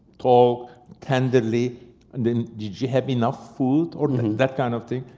talk tenderly and then, did you have enough food? or that kind of thing.